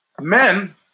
Men